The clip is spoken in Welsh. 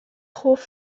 hoff